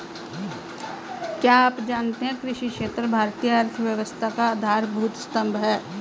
क्या आप जानते है कृषि क्षेत्र भारतीय अर्थव्यवस्था का आधारभूत स्तंभ है?